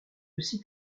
aussi